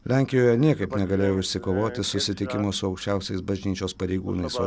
lenkijoje niekaip negalėjau išsikovoti susitikimo su aukščiausiais bažnyčios pareigūnais o